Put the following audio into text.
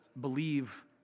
believe